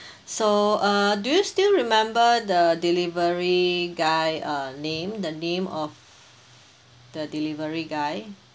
so uh do you still remember the delivery guy uh name the name of the delivery guy